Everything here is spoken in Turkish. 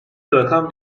rakam